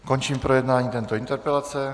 Končím projednávání této interpelace.